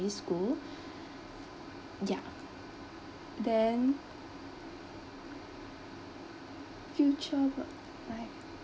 school ya then future work life